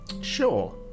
Sure